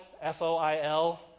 F-O-I-L